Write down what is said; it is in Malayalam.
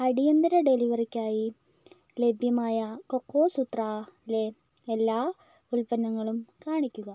അടിയന്തര ഡെലിവറിക്കായി ലഭ്യമായ കൊക്കോസൂത്രയിലെ എല്ലാ ഉൽപ്പന്നങ്ങളും കാണിക്കുക